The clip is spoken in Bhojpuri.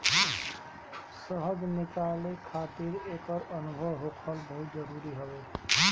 शहद निकाले खातिर एकर अनुभव होखल बहुते जरुरी हवे